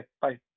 Bye